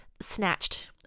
snatched